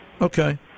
Okay